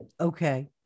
Okay